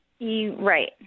right